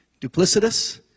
duplicitous